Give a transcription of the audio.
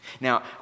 Now